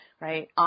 right